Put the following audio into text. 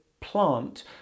plant